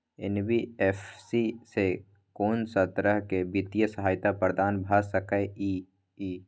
NBFC स कोन सब तरह के वित्तीय सहायता प्रदान भ सके इ? इ